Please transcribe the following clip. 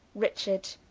richard,